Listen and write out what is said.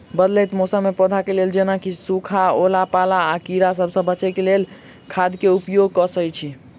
बदलैत मौसम मे पौधा केँ लेल जेना की सुखा, ओला पाला, आ कीड़ा सबसँ बचबई केँ लेल केँ खाद केँ उपयोग करऽ छी?